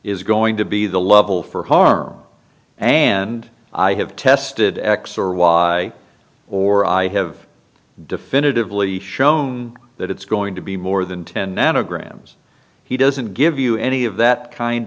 is going to be the level for harm and i have tested x or y or i have definitively shown that it's going to be more than ten nanograms he doesn't give you any of that kind